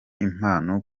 impano